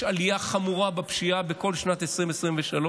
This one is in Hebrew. יש עלייה חמורה בפשיעה בכל שנת 2023,